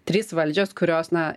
trys valdžios kurios na